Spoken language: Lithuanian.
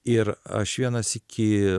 ir aš vieną sykį